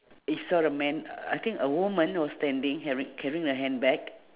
you saw the man I think a woman was standing ha~ carrying her handbag